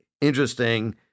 interesting